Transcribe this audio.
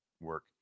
work